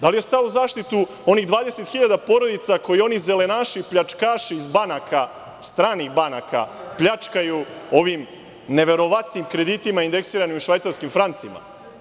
Da li je stao u zaštitu onih 20 hiljada porodica koje oni zelenaši, pljačkaši iz banaka, stranih banaka pljačkaju ovim neverovatnim kreditima indeksiranim u švajcarskim francima?